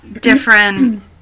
different